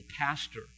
pastor